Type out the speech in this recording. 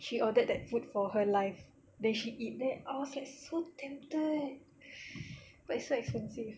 she ordered that food for her life then she eat that ah I was like so tempted but so expensive